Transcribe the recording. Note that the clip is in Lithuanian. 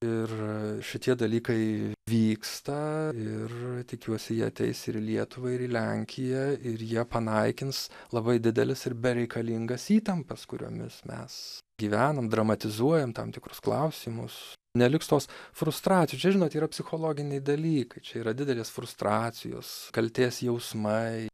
ir šitie dalykai vyksta ir tikiuosi jie ateis ir į lietuvą ir į lenkiją ir jie panaikins labai dideles ir bereikalingas įtampas kuriomis mes gyvenam dramatizuojam tam tikrus klausimus neliks tos frustracijos čia žinot yra psichologiniai dalykai čia yra didelės frustracijos kaltės jausmai